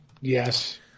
Yes